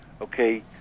okay